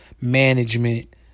management